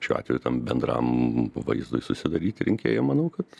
šiuo atveju tam bendram vaizdui susidaryti rinkėjam manau kad